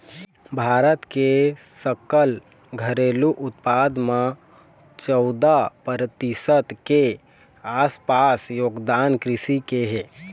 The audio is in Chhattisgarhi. भारत के सकल घरेलू उत्पाद म चउदा परतिसत के आसपास योगदान कृषि के हे